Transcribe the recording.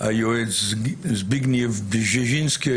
היועץ זביגנייב בז'יז'ינסקי,